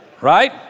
Right